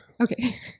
Okay